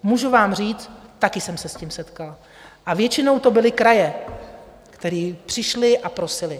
Můžu vám říct, také jsem se s tím setkala, a většinou to byly kraje, které přišly a prosily.